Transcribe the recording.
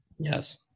Yes